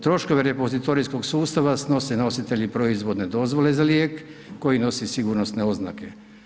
Troškove repozitorijskog sustava snose nositelji proizvodne dozvole za lijek koji nosi sigurnosne oznake.